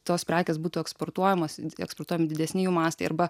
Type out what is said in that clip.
tos prekės būtų eksportuojamos eksportuojami didesni jų mastai arba